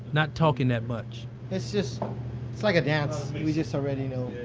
not talking that much it's just, it's like a dance. we just already know.